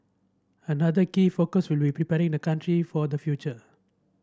another key focus will be preparing the country for the future